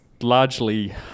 largely